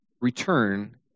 return